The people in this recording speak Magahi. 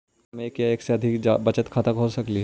हम एक या एक से जादा बचत खाता खोल सकली हे?